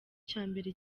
cyambere